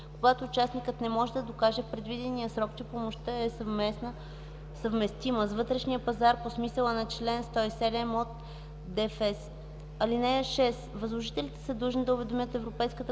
когато участникът не може да докаже в предвидения срок, че помощта е съвместима с вътрешния пазар по смисъла на чл. 107 от ДФЕС. (6) Възложителите са длъжни да уведомяват Европейската